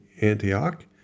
Antioch